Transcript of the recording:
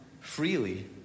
freely